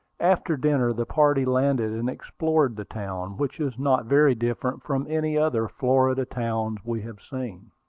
after dinner the party landed and explored the town, which is not very different from any other florida towns we had seen.